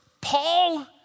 Paul